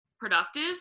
productive